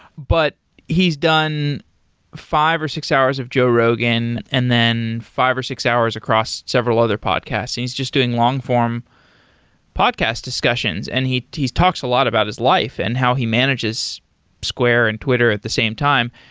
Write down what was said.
but he's done five or six hours of joe rogan, and then five or six hours across several other podcasts, and he's just doing long-form podcast discussions and he talks a lot about his life and how he manages square and twitter at the same time.